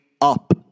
up